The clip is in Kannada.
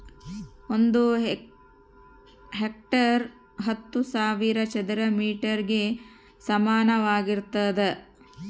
ಒಂದು ಹೆಕ್ಟೇರ್ ಹತ್ತು ಸಾವಿರ ಚದರ ಮೇಟರ್ ಗೆ ಸಮಾನವಾಗಿರ್ತದ